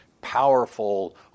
powerful